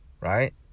Right